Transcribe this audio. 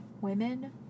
women